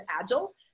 agile